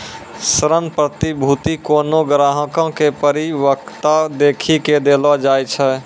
ऋण प्रतिभूती कोनो ग्राहको के परिपक्वता देखी के देलो जाय छै